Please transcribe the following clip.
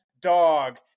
dog